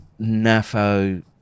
NAFO